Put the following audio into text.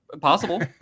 possible